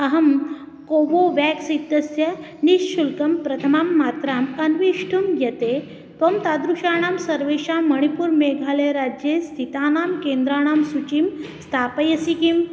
अहं कोवोवेक्स् इत्यस्य निःशुल्कं प्रथमां मात्राम् अन्वेष्टुं यते त्वं तादृशानां सर्वेषां मणिपुर् मेघालयराज्ये स्थितानां केन्द्राणां सुचीं स्थापयसि किम्